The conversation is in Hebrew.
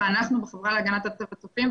ואנחנו בחברה להגנת הטבע צופים,